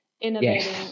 innovating